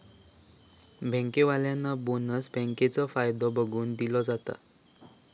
बँकेवाल्यांका बोनस बँकेचो फायदो बघून दिलो जाता